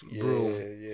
bro